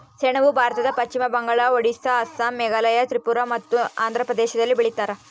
ಸೆಣಬು ಭಾರತದ ಪಶ್ಚಿಮ ಬಂಗಾಳ ಒಡಿಸ್ಸಾ ಅಸ್ಸಾಂ ಮೇಘಾಲಯ ತ್ರಿಪುರ ಮತ್ತು ಆಂಧ್ರ ಪ್ರದೇಶದಲ್ಲಿ ಬೆಳೀತಾರ